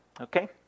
okay